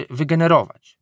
wygenerować